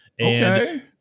Okay